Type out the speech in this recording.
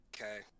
okay